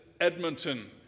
Edmonton